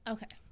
Okay